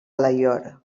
alaior